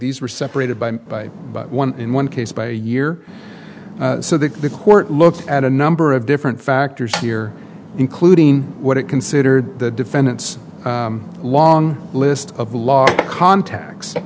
these were separated by about one in one case by a year so that the court looked at a number of different factors here including what it considered the defendant's long list of law contacts